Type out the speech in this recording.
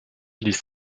ließ